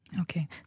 Okay